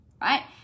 right